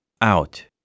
out